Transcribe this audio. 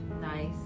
Nice